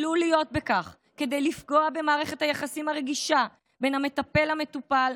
עלול להיות בכך כדי לפגוע במערכת היחסים הרגישה בין המטפל למטופל,